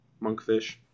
Monkfish